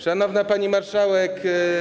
Szanowna Pani Marszałek!